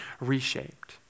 reshaped